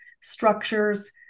structures